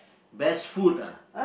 best food ah